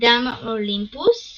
דם האולימפוס